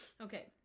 Okay